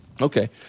Okay